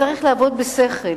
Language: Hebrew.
צריך לעבוד בשכל,